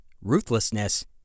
ruthlessness